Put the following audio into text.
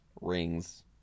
rings